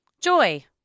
Joy